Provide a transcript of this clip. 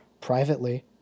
privately